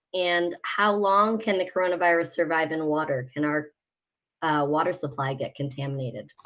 and how long can the coronavirus survive in water? can our water supply get contaminated?